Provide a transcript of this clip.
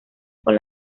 con